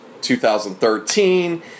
2013